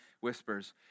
whispers